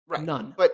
None